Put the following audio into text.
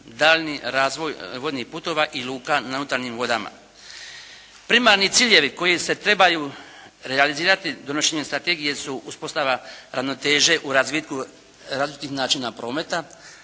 daljnji razvoj vodnih putova i luka na unutarnjih vodama. Primarni ciljevi koji se trebaju realizirati donošenjem strategije su uspostava ravnoteže u razvitku različitih načina prometa,